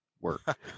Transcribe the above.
work